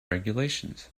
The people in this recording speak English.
regulations